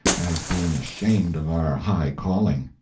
as being ashamed of our high calling.